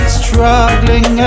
struggling